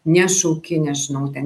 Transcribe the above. nešauki nežinau ten